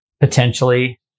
potentially